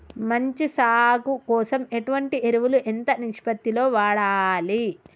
మంచి సాగు కోసం ఎటువంటి ఎరువులు ఎంత నిష్పత్తి లో వాడాలి?